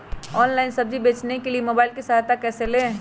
Online सब्जी बेचने के लिए मोबाईल की सहायता कैसे ले?